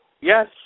Yes